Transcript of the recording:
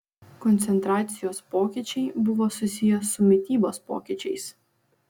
koncentracijos pokyčiai buvo susiję su mitybos pokyčiais